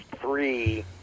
three